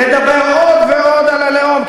לדבר עוד ועוד על הלאום,